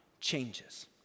changes